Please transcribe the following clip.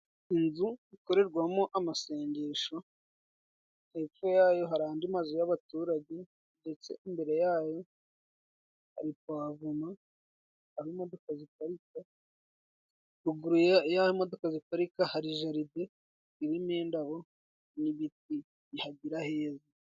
Inzu ikorerwamo amasengesho. Hepfo yayo hari agandi mazu y'abaturage. Ndetse imbere yago ku pavoma aho imodoka ziparitse, ruguru y'aho imodoka ziparika, hari jaride irimo indabo n'ibiti bihagira heza.